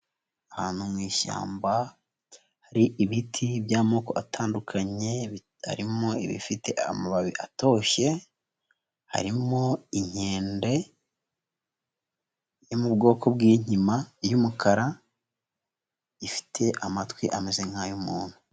Ahantu mu ishyamba hari ibiti by'amoko atandukanye harimo ibifite amababi atoshye, harimo inkende yo mu bwoko bw'inkima y'umukara, ifite amatwi ameze nk'ay'umuntu.